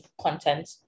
content